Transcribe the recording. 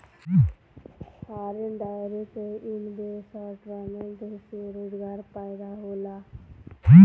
foreign direct investment से रोजगार पैदा होला